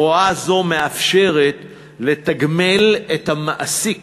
הוראה זו מאפשרת לתגמל את המעסיק